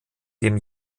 dem